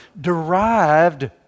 derived